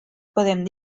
podem